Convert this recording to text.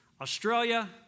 Australia